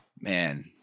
Man